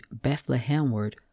bethlehemward